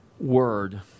word